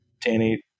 Danny